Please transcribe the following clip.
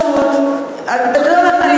אתה יודע מה,